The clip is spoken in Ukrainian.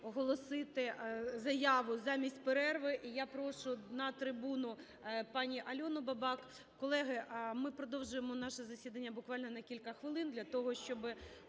оголосити заяву замість перерви. І я прошу на трибуну пані Альону Бабак. Колеги, ми продовжимо наше засідання буквально на кілька хвилин для того, щоб